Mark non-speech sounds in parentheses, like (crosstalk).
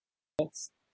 (noise)